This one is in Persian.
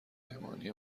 مهمانی